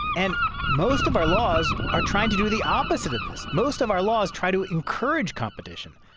and most of our laws are trying to do the opposite of this. most of our laws try to encourage competition.